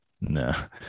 no